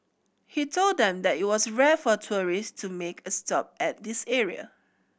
he told them that it was rare for tourist to make a stop at this area